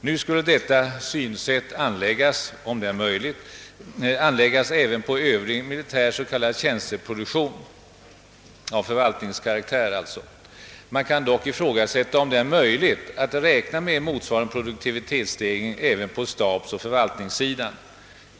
Nu skall detta synsätt om så är möjligt — anläggas även på övrig militär s.k. tjänsteproduktion. Man kan dock ifrågasätta, om motsvarande produktivitetsstegring kan påräknas även på stabsoch förvaltningssidan.